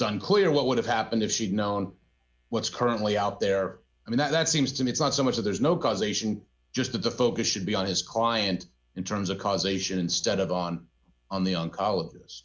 unclear what would have happened if she'd known what's currently out there i mean that seems to me it's not so much that there's no causation just to defocus should be on his client in terms of causation instead of on on the on call